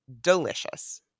delicious